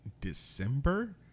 December